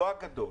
לא הגדול,